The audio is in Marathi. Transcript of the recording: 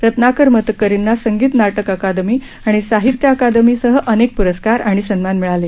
रत्नाकर मतकरींना संगीत नाटक अकादमी आणि साहित्य अकादमी सह अनेक प्रस्कार आणि सन्मान मिळाले